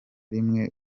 rimwe